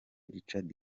richard